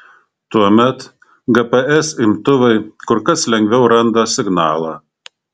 tuomet gps imtuvai kur kas lengviau randa signalą